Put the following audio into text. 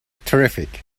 terrific